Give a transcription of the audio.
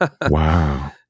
wow